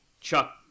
Chuck